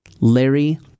Larry